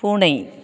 பூனை